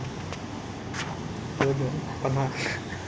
eh 有听到现在那个